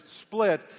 split